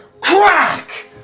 CRACK